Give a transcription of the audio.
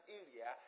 area